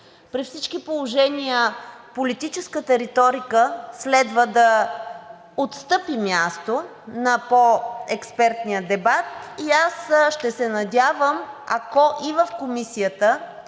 При всички положения политическата реторика следва да отстъпи място на по експертния дебат и аз ще се надявам, ако има в Комисията